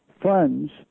funds